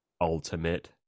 Ultimate